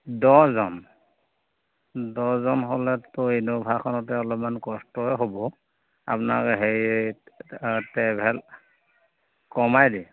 দহজন দহজন হ'লেতো ইন'ভাখনতে অলপমান কষ্টই হ'ব আপোনাক হেৰি ট্ৰেভেলাৰ কমাই দিয়